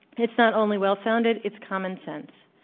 it's not only well-founded, it's common sense.